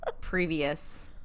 previous